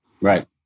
Right